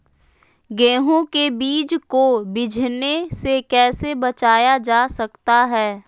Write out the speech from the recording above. गेंहू के बीज को बिझने से कैसे बचाया जा सकता है?